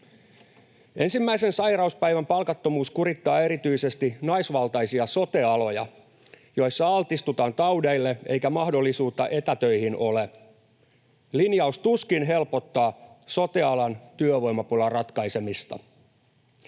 Ensimmäisen sairauspäivän palkattomuus kurittaa erityisesti naisvaltaisia sote-aloja, joissa altistutaan taudeille eikä mahdollisuutta etätöihin ole. Linjaus tuskin helpottaa sote-alan työvoimapulan ratkaisemista.